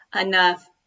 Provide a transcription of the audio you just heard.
enough